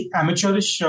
amateurish